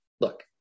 look